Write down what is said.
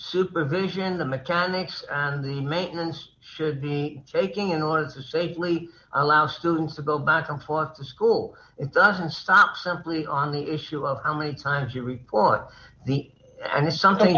supervision the mechanics and the maintenance should be taking in order to safely i allow students to go back and forth to school it doesn't stop simply on the issue of how many times you report the